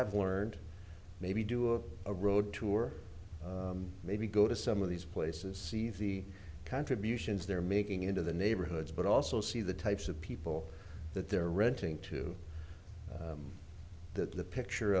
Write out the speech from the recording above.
i've learned maybe do a road tour maybe go to some of these places see the contributions they're making into the neighborhoods but also see the types of people that they're renting to that the picture